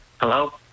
Hello